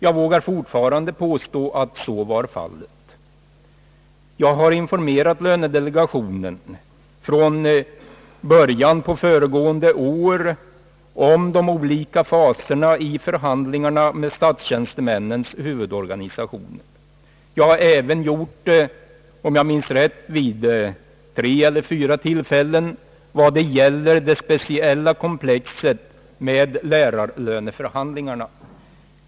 Jag vågar fortfarande påstå att så var fallet — från början av förra året hade jag informerat lönedelegationen om de olika faserna i förhandlingarna med statstjänstemännens <huvudorganisationer; vid tre eller fyra tillfällen, om jag minns rätt, hade jag giort detta också beträffande det speciella komplexet med lärarlöneförhandlingarna.